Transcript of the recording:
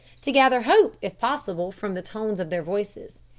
to gather hope, if possible, from the tones of their voices.